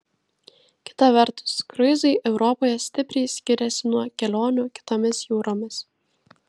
kita vertus kruizai europoje stipriai skiriasi nuo kelionių kitomis jūromis